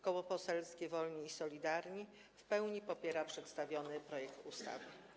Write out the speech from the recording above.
Koło Poselskie Wolni i Solidarni w pełni popiera przedstawiony projekt ustawy.